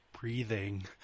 breathing